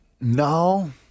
No